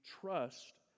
trust